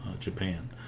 japan